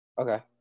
Okay